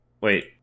Wait